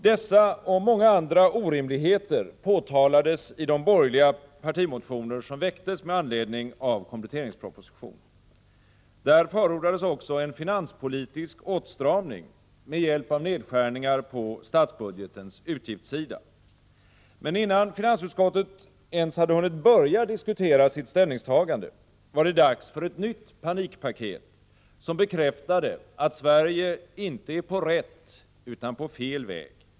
Dessa och många andra orimligheter påtalades i de borgerliga partimotioner som väcktes med anledning av kompletteringspropositionen. Där förordades också en finanspolitisk åtstramning med hjälp av nedskärningar på statsbudgetens utgiftssida. Men innan finansutskottet ens hade hunnit börja diskutera sitt ställningstagande, var det dags för ett nytt panikpaket, som bekräftade att Sverige inte är på rätt utan på fel väg.